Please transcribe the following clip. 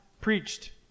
preached